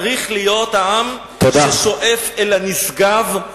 צריך להיות העם ששואף אל הנשגב.